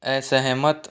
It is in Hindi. असहमत